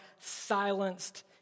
silenced